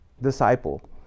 disciple